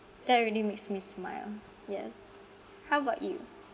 that really makes me smile yes how about you